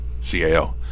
CAO